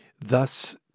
Thus